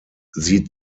sie